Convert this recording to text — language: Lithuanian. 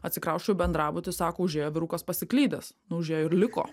atsikrausčiau į bendrabutį sako užėjo vyrukas pasiklydęs nu užėjo ir liko